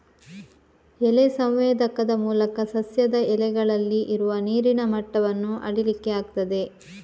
ಎಲೆ ಸಂವೇದಕದ ಮೂಲಕ ಸಸ್ಯದ ಎಲೆಗಳಲ್ಲಿ ಇರುವ ನೀರಿನ ಮಟ್ಟವನ್ನ ಅಳೀಲಿಕ್ಕೆ ಆಗ್ತದೆ